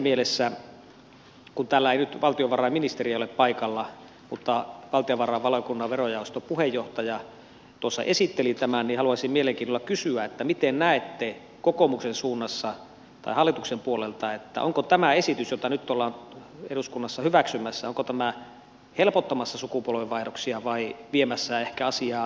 siinä mielessä kun täällä ei nyt valtionvarainministeri ole paikalla mutta valtiovarainvaliokunnan verojaoston puheenjohtaja esitteli tämän haluaisin mielenkiinnolla kysyä miten näette kokoomuksen suunnassa tai hallituksen puolelta onko tämä esitys jota nyt ollaan eduskunnassa hyväksymässä helpottamassa sukupolvenvaihdoksia vai viemässä ehkä asiaa toiseen suuntaan